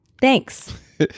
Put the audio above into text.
thanks